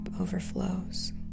overflows